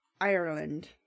Ireland